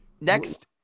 Next